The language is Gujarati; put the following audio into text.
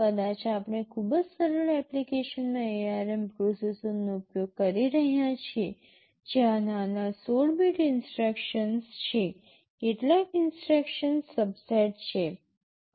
કદાચ આપણે ખૂબ જ સરળ એપ્લિકેશનમાં ARM પ્રોસેસરનો ઉપયોગ કરી રહ્યાં છીએ જ્યાં નાના ૧૬ બીટ ઇન્સટ્રક્શન્સ છે કેટલાક ઇન્સટ્રક્શન્સ સબસેટ છે